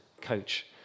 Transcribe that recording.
coach